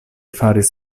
faris